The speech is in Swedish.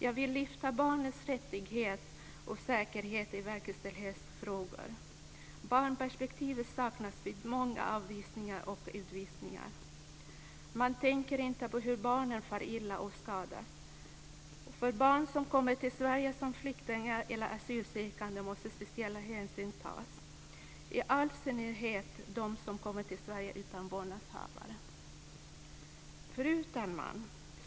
Jag vill lyfta fram barnens rättigheter och säkerhet i verkställighetsfrågor. Barnperspektivet saknas vid många avvisningar och utvisningar. Man tänker inte på hur barnen far illa och skadas. För barn som kommer till Sverige som flyktingar eller asylsökande måste speciella hänsyn tas - det gäller i all synnerhet dem som kommer till Sverige utan vårdnadshavare. Fru talman!